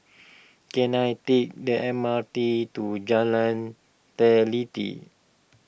can I take the M R T to Jalan Teliti